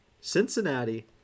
Cincinnati